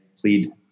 plead